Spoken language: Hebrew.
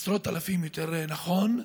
עשרות אלפים, יותר נכון.